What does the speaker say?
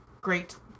great